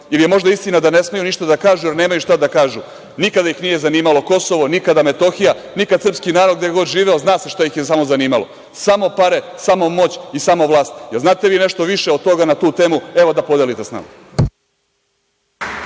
ili je možda istina da ne smeju ništa da kažu jer nemaju šta da kažu? Nikada ih nije zanimalo Kosovo, nikada Metohija, nikada srpski narod gde god živeo. Zna se šta ih je samo zanimalo, samo pare, samo moć i samo vlast. Jel znate vi nešto više od toga na tu temu, evo da podelite sa nama?